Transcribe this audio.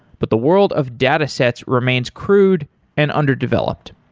but the world of datasets remains crude and underdeveloped.